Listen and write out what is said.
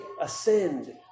ascend